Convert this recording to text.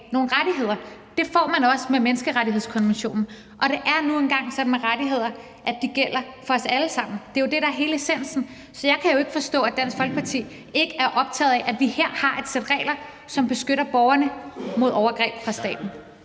nogle rettigheder. Det får man også med menneskerettighedskonventionen. Og det er nu engang sådan med rettigheder, at de gælder for os alle sammen. Det er jo det, der er hele essensen. Så jeg kan jo ikke forstå, at Dansk Folkeparti ikke er optaget af, at vi her har et sæt regler, som beskytter borgerne mod overgreb fra staten.